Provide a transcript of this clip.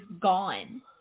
gone